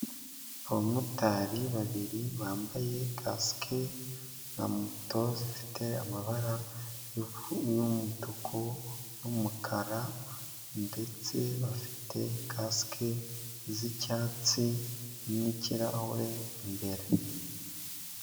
Abamotari babiri bambaye kasike na moto zifite amabara y'umutuku n'umukara, ndetse bafite kasike z'icyatsi n'ikirahure imbere.